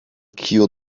cure